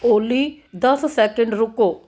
ਓਲੀ ਦਸ ਸੈਕਿੰਡ ਰੁਕੋ